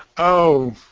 oh